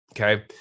okay